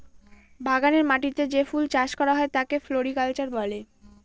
বাগানের মাটিতে যে ফুল চাষ করা হয় তাকে ফ্লোরিকালচার বলে